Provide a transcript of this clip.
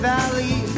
Valley